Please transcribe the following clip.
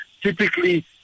typically